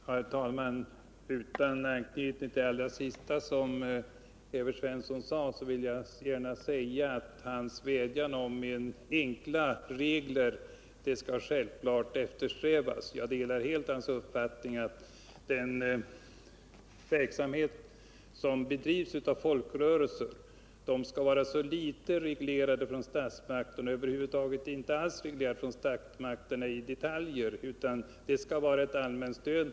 Herr talman! Utan anknytning till det allra senaste yttrandet av Evert Svensson vill jag gärna säga att hans vädjan om enkla regler skall efterkommas. Jag delar helt hans uppfattning, att den verksamhet som bedrivs av folkrörelser skall vara så litet reglerad av statsmakterna som möjligt; den skall över huvud taget inte alls vara reglerad av statsmakterna i detalj, utan den skall bara få ett allmänt stöd.